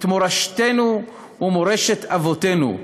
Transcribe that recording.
את מורשתנו ומורשת אבותינו,